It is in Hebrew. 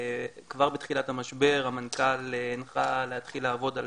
כבר בתחילת המשבר המנכ"ל הנחה להתחיל לעבוד,